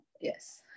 Yes